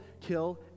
kill